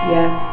Yes